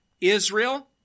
Israel